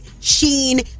Sheen